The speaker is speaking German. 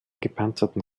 gepanzerten